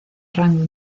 rango